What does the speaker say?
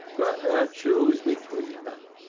let her choose between them.